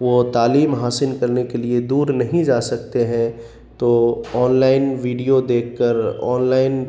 وہ تعلیم حاصل کرنے کے لیے دور نہیں جا سکتے ہیں تو آنلائن ویڈیو دیکھ کر آنلائن